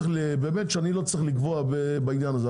אני לא צריך לקבוע בעניין הזה.